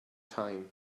time